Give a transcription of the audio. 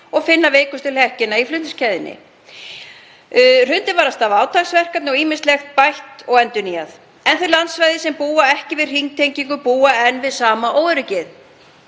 og finna veikustu hlekkina í flutningskeðjunni. Hrundið var af stað átaksverkefni og ýmislegt bætt og endurnýjað. En þau landsvæði sem ekki búa við hringtengingu búa enn við sama óöryggið.